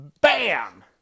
bam